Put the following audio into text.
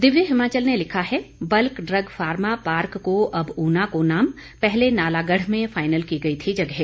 दिव्य हिमाचल ने लिखा है बल्क ड्रग फार्मा पार्क को अब ऊना को नाम पहले नालागढ़ में फाइनल की गई थी जगह